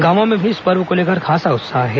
गांवों में भी इस पर्व को लेकर खासा उत्साह है